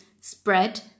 spread